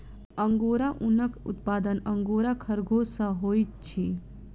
angora ऊनक उत्पादन angora खरगोश सॅ होइत अछि